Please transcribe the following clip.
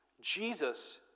Jesus